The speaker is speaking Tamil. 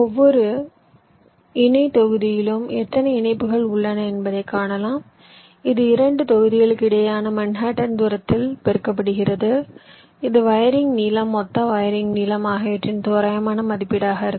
ஒவ்வொரு இணை தொகுதிகளிலும் எத்தனை இணைப்புகள் உள்ளன என்பதை காணலாம் இது 2 தொகுதிகளுக்கு இடையிலான மன்ஹாட்டன் தூரத்தால் பெருக்கப்படுகிறது இது வயரிங் நீளம் மொத்த வயரிங் நீளம் ஆகியவற்றின் தோராயமான மதிப்பீடாக இருக்கும்